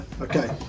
Okay